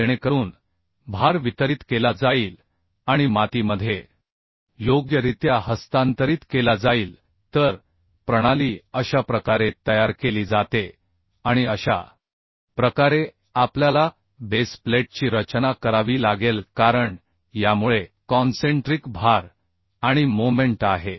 जेणेकरून भार वितरित केला जाईल आणि मातीमध्ये योग्यरित्या हस्तांतरित केला जाईल तर प्रणाली अशा प्रकारे तयार केली जाते आणि अशा प्रकारे आपल्याला बेस प्लेटची रचना करावी लागेल कारण यामुळे कॉन्सेंट्रिक भार आणि मोमेन्ट आहे